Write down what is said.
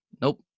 Nope